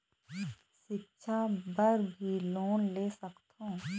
सिक्छा बर भी लोन ले सकथों?